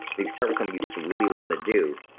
you start with something you just really want to do,